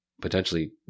potentially